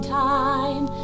time